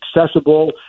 accessible